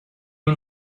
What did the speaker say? این